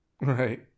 Right